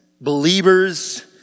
believers